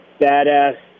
badass